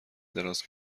دراز